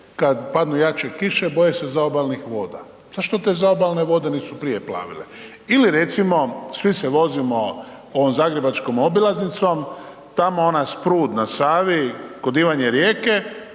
kada padnu jače kiše boje se zaobalnih voda. Zašto te zaobalne vode nisu prije plavile? Ili recimo, svi se vozimo ovom zagrebačkom obilaznicom, tamo onaj sprud na Savi kod Ivanje Rijeke,